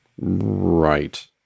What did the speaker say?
Right